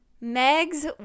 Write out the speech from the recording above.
Meg's